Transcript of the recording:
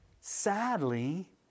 sadly